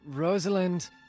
Rosalind